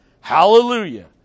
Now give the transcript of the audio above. hallelujah